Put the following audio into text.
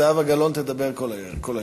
זהבה גלאון תדבר כל היום.